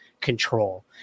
Control